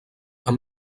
amb